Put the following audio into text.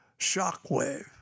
shockwave